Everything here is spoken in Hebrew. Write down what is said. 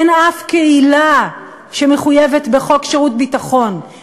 אין אף קהילה שמחויבת בחוק שירות ביטחון,